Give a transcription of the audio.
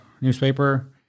newspaper